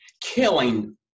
killing